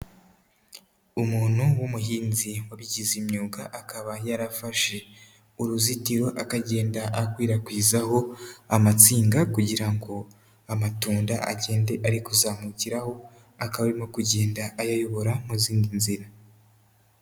Umuntu w'umuhinzi wabigize imyuga, akaba yarafashe uruzitiro akagenda akwirakwizaho amatsinga kugira ngo amatunda agende ari kuzamukiraho, akaba arimo kugenda ayayobora mu zindi nzira.